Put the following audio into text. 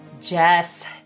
Jess